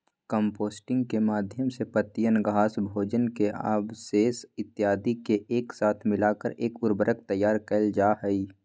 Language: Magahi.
कंपोस्टिंग के माध्यम से पत्तियन, घास, भोजन के अवशेष इत्यादि के एक साथ मिलाकर एक उर्वरक तैयार कइल जाहई